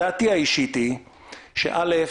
דעתי האישית היא שאל"ף,